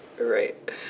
right